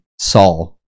Saul